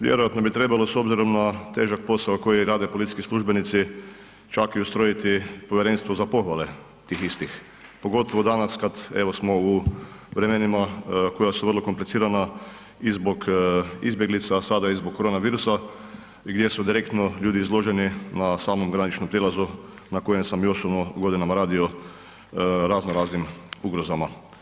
Vjerovatno bi trebalo s obzirom na težak posao koji rade policijski službenici čak i ustrojiti povjerenstvo za pohvale tih istih pogotovo danas kad evo smo u vremenima koja su vrlo komplicirana i zbog izbjeglica a sada i zbog korona virusa gdje su direktno ljudi izloženi na samom graničnom prijelazu na kojem sam i osobno godinama radio u raznoraznim ugrozama.